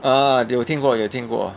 ah 有听过有听过